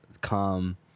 come